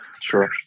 Sure